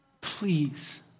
please